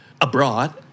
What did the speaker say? abroad